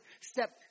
Step